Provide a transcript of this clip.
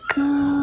go